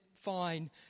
fine